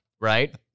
right